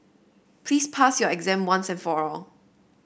please pass your exam once and for all